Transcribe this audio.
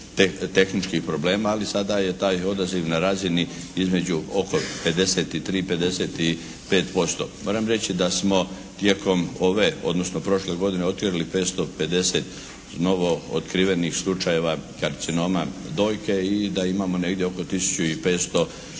tehničkih problema. Ali sada je taj odaziv na razini između oko 53, 55%. Moram reći da smo tijekom ove, odnosno prošle godine otjerali 550 novootkrivenih slučajeva karcinoma dojke i da imamo negdje oko 1500